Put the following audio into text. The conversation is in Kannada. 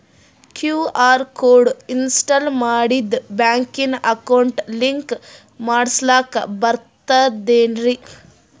ಕ್ಯೂ.ಆರ್ ಕೋಡ್ ಇನ್ಸ್ಟಾಲ ಮಾಡಿಂದ ಬ್ಯಾಂಕಿನ ಅಕೌಂಟ್ ಲಿಂಕ ಮಾಡಸ್ಲಾಕ ಬರ್ತದೇನ್ರಿ